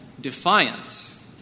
defiance